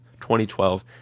2012